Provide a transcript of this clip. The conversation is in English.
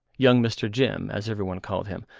young mr. jim, as every one called him,